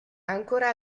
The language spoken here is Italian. ancora